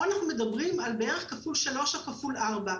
פה אנחנו מדברים על בערך כפול שלוש או כפול ארבע.